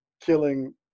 killing